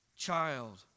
Child